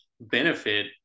benefit